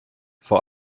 vor